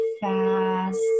fast